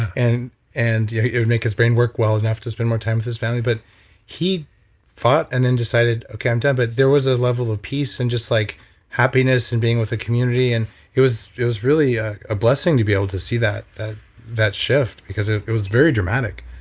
yeah it would make his brain work well enough to spend more time with his family. but he fought and then decided, okay, i'm done. but there was a level of peace and just like happiness and being with the community. and it was it was really ah a blessing to be able to see that that that shift because it it was very dramatic.